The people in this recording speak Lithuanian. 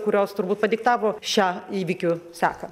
kurios turbūt padiktavo šią įvykių seką